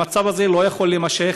המצב הזה לא יכול להימשך.